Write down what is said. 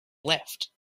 left